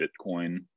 Bitcoin